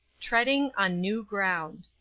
treading on new ground.